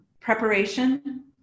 preparation